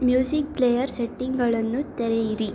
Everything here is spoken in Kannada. ಮ್ಯೂಸಿಕ್ ಪ್ಲೇಯರ್ ಸೆಟ್ಟಿಂಗ್ಗಳನ್ನು ತೆರೆಯಿರಿ